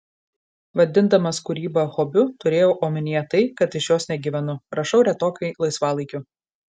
vadindamas kūrybą hobiu turėjau omenyje tai kad iš jos negyvenu rašau retokai laisvalaikiu